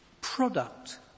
product